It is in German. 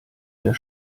der